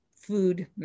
food